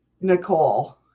Nicole